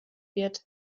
wird